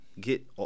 get